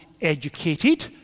educated